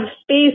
space